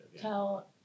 tell